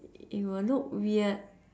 it will look weird